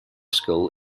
school